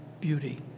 beauty